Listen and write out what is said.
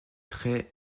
très